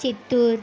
Chittoor